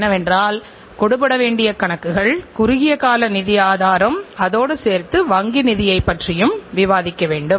ஏனென்றால் இந்தியா ஒரு விலை உணர்திறன் பொருளாதார நாடாக மாறிவருகின்றது